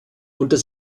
unter